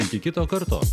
iki kito karto